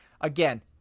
Again